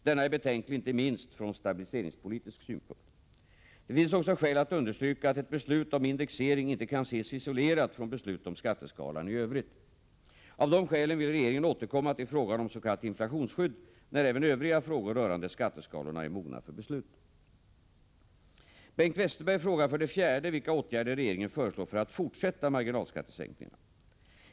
Denna är betänklig inte minst från stabiliseringspolitisk synpunkt. Det finns också skäl att understryka att ett beslut om indexering inte kan ses isolerat från beslut om skatteskalan i övrigt. Av dessa skäl vill regeringen återkomma till frågan om s.k. inflationsskydd, när även övriga frågor rörande skatteskalorna är mogna för beslut. Bengt Westerberg frågar för det fjärde vilka åtgärder regeringen föreslår för att fortsätta marginalskattesänkningarna.